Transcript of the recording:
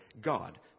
God